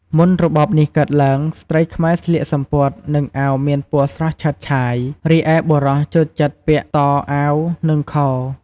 មុនរបបនេះកើតទ្បើង ស្ត្រីខ្មែរស្លៀកសំពត់ និងអាវមានពណ៌ស្រស់ឆើតឆាយ រីឯបុរសចូលចិត្តពាក់តអាវ និងខោ ។